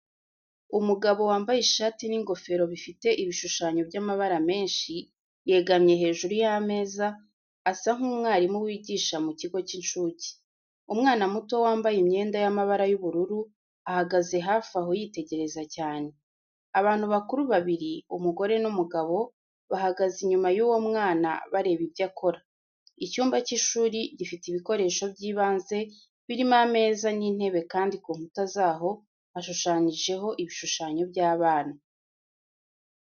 Umugabo wambaye ishati n'ingofero bifite ibishushanyo by'amabara menshi, yegamye hejuru y'ameza, asa nk'umwarimu wigisha mu kigo cy'incuke. Umwana muto wambaye imyenda y'amabara y'ubururu, ahagaze hafi aho yitegereza cyane. Abantu bakuru babiri, umugore n'umugabo bahagaze inyuma y'uwo mwana bareba ibyo akora. Icyumba cy'ishuri gifite ibikoresho by'ibanze, birimo ameza n'intebe kandi ku nkuta zaho hashushanyijeho ibishushanyo by'abana.